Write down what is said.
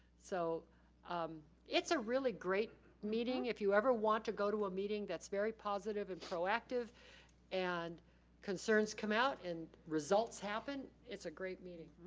so um it's a really great meeting. if you ever want to go to a meeting that's very positive and proactive and concerns come out and results happen, it's a great meeting.